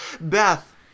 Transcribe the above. Beth